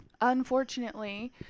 unfortunately